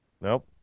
Nope